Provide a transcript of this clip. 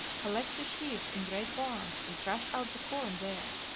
collect the sheaves in great barns and thrash out the corn there,